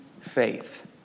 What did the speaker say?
Faith